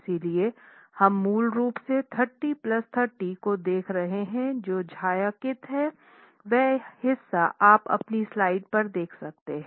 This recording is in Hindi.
इसलिए हम मूल रूप से 30 30 को देख रहे हैं जो छायांकित है वह हिस्सा आप अपनी स्लाइड पर देख सकते हैं